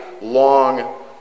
long